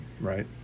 right